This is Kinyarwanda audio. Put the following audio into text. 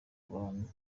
abantu